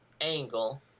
angle